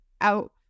out